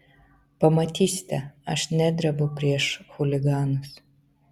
pamatysite aš nedrebu prieš chuliganus